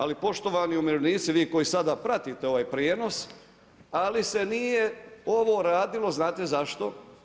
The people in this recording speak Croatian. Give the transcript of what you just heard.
Ali poštovani umirovljenici, vi koji sada pratite ovaj prijenos ali se nije ovo radilo, znate zašto?